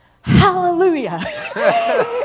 hallelujah